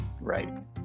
right